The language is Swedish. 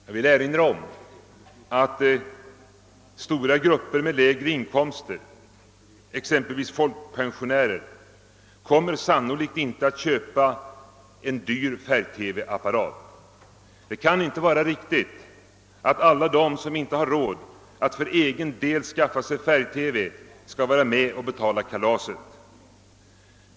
Jag vill erinra om att stora grupper med lägre inkomster, exempelvis folkpensionärer, sannolikt inte kommer att köpa en dyr färg-TV-apparat. Det kan inte vara riktigt att alla de som inte har råd att för egen del skaffa sig färg-TV skall vara med och betala kalaset.